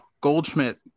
Goldschmidt